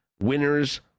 winners